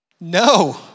No